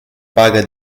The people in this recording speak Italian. paga